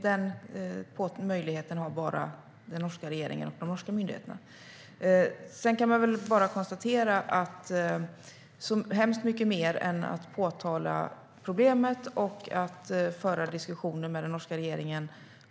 Den här möjligheten har bara den norska regeringen och de norska myndigheterna. Jag har lite svårt att se att vi i det här läget kan göra så hemskt mycket mer än att påtala problemet och att föra diskussioner med den norska regeringen.